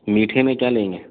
میٹھے میں کیا لیں گے